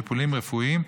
טיפולים רפואיים,